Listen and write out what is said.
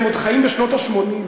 אתם עוד חיים בשנות ה-80.